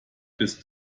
bist